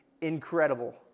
Incredible